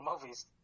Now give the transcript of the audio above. movies